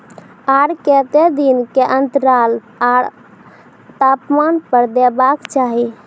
आर केते दिन के अन्तराल आर तापमान पर देबाक चाही?